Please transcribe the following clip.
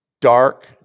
dark